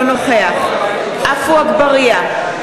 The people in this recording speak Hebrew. אינו נוכח עפו אגבאריה,